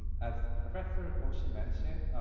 and as professor hoshi mentioned,